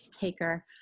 taker